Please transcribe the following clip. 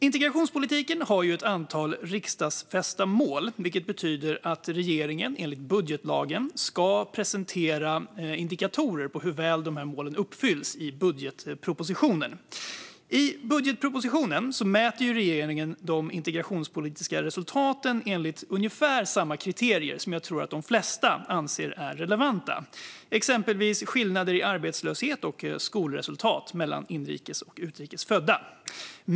Integrationspolitiken har ju ett antal riksdagsfästa mål, vilket betyder att regeringen enligt budgetlagen ska presentera indikatorer på hur väl dessa mål uppfylls i budgetpropositionen. I budgetpropositionen mäter regeringen de integrationspolitiska resultaten enligt ungefär samma kriterier, som jag tror att de flesta anser är relevanta, exempelvis skillnader i arbetslöshet och skolresultat mellan inrikes och utrikes födda.